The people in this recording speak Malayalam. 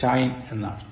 time എന്നാണ്